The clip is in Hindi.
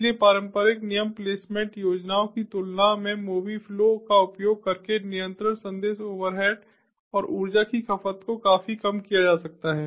इसलिए पारंपरिक नियम प्लेसमेंट योजनाओं की तुलना में मोबि फ्लो का उपयोग करके नियंत्रण संदेश ओवरहेड और ऊर्जा की खपत को काफी कम किया जा सकता है